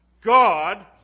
God